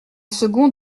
second